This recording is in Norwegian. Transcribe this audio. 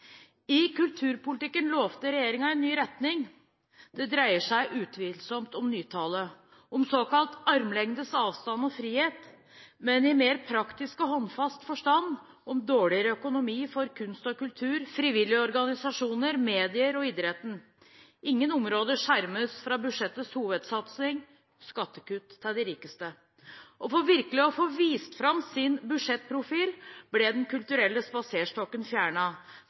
I kulturpolitikken lovet regjeringen en ny retning. Det dreier seg utvilsomt om nytale, om såkalt armlengdes avstand og frihet, men i mer praktisk og håndfast forstand om dårligere økonomi for kunst og kultur, frivillige organisasjoner, medier og idrett. Ingen områder skjermes fra budsjettets hovedsatsing – skattekutt til de rikeste. Og for virkelig å få vist fram sin budsjettprofil ble Den kulturelle spaserstokken